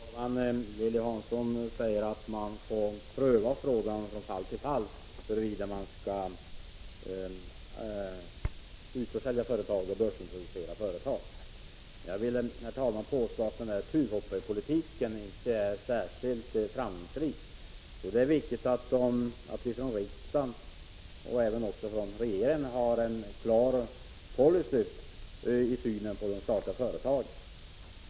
Herr talman! Lilly Hansson säger att man får pröva från fall till fall huruvida man skall utförsälja företag och börsintroducera företag. Jag vill påstå att denna tuvhoppspolitik inte är särskilt framgångsrik. Jag tror att det är viktigt att riksdagen och även regeringen har en klar policy när det gäller synen på de statliga företagen.